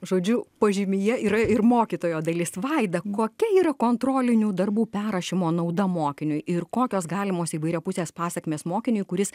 žodžiu požymyje yra ir mokytojo dalis vaida kokia yra kontrolinių darbų perrašymo nauda mokiniui ir kokios galimos įvairiapusės pasekmės mokiniui kuris